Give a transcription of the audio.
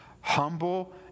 Humble